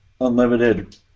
unlimited